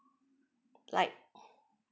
like